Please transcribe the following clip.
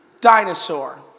dinosaur